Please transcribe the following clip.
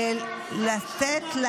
לתת,